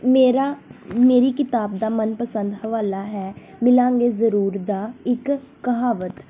ਮੇਰਾ ਮੇਰੀ ਕਿਤਾਬ ਦਾ ਮਨਪਸੰਦ ਹਵਾਲਾ ਹੈ ਮਿਲਾਂਗੇ ਜ਼ਰੂਰ ਦਾ ਇੱਕ ਕਹਾਵਤ